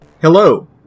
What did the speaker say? Hello